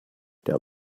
der